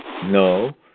No